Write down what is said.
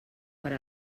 per